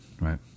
right